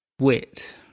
wit